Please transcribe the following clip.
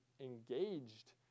engaged